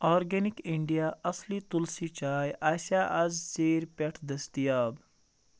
organic India اصلی تُلسی چاے آسیٚا اَز ژیٖر پٮ۪ٹھ دٔستِیاب